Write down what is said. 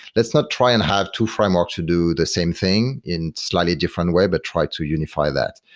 let's not try and have two framework to do the same thing in slightly different way, but try to unify that.